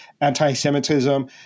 anti-semitism